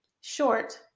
short